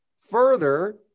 Further